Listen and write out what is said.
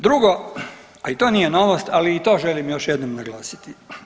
Drugo, a i to nije novost, ali i to želim još jednom naglasiti.